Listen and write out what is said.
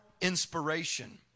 inspiration